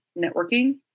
networking